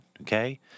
okay